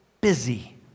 busy